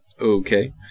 Okay